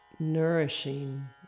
Nourishing